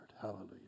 Hallelujah